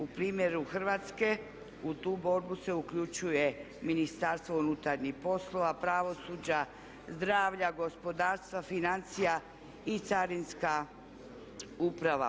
U primjeru Hrvatske u tu borbu se uključuje Ministarstvo unutarnjih poslova, pravosuđa, zdravlja, gospodarstva, financija i Carinska uprava.